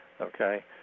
Okay